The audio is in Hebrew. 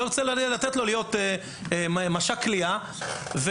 לא ארצה לתת לו להיות מש"ק קליעה אם